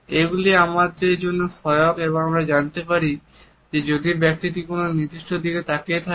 এগুলি আমাদের জন্য সহায়ক এবং আমরা জানতে পারি যে যদি ব্যক্তিটি কোন নির্দিষ্ট দিকে তাকিয়ে থাকে